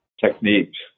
techniques